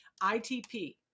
ITP